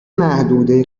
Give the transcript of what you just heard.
محدوده